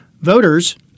voters